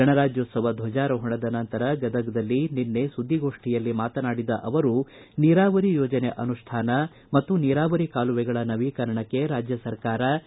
ಗಣರಾಜ್ವೋತ್ತವ ಧ್ವಜಾರೋಹಣದ ನಂತರ ಗದಗದಲ್ಲಿ ನಿನ್ನೆ ಸುದ್ದಿ ಗೋಷ್ಠಿಯಲ್ಲಿ ಮಾತನಾಡಿದ ಅವರು ನೀರಾವರಿ ಯೋಜನೆ ಅನುಷ್ಠಾನ ಮತ್ತು ನೀರಾವರಿ ಕಾಲುವೆಗಳ ನವೀಕರಣಕ್ಕೆ ರಾಜ್ಯ ಸರಕಾರ ಪ್ರಥಮ ಆದ್ಯತೆ ನೀಡಿದೆ